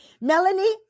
Melanie